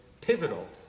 pivotal